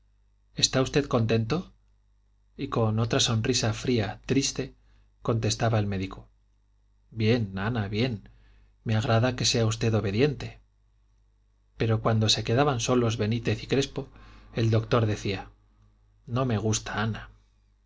está usted contento y con otra sonrisa fría triste contestaba el médico bien ana bien me agrada que sea usted obediente pero cuando se quedaban solos benítez y crespo el doctor decía no me gusta ana